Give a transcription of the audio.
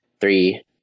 three